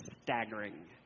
staggering